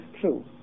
true